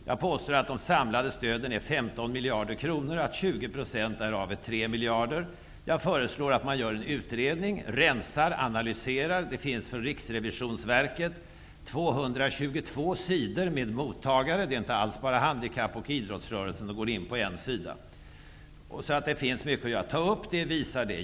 Jag påstår att de samlade stöden är 15 miljarder kronor och att 20 % är 3 miljarder. Jag föreslår att man gör en utredning, rensar och analyserar. Från Riksrevisionsverket finns 222 sidor material om detta. Det är inte alls bara handikapp och idrottsrörelserna som får stöd. De går in på en sida. Så det finns mycket att göra.